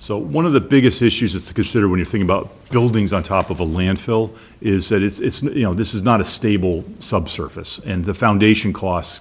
so one of the biggest issues is to consider when you think about buildings on top of a landfill is that it's you know this is not a stable subsurface and the foundation costs